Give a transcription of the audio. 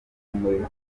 kumurika